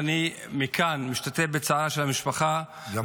אני מכאן משתתף בצערה של המשפחה -- גם אנחנו.